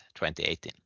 2018